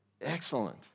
excellent